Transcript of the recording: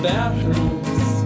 bathrooms